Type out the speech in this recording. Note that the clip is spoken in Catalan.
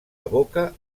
evoca